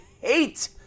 hate